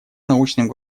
научным